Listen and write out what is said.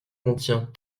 contient